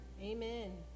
Amen